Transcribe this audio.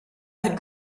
had